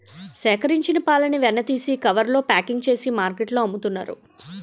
సేకరించిన పాలని వెన్న తీసి కవర్స్ లో ప్యాకింగ్ చేసి మార్కెట్లో అమ్ముతున్నారు